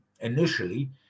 initially